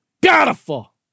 Beautiful